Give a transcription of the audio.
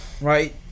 right